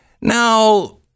Now